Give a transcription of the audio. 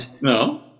no